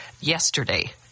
yesterday